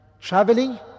traveling